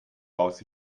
aus